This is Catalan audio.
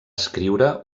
escriure